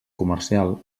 comercial